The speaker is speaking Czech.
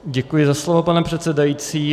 Děkuji za slovo, pane předsedající.